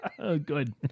Good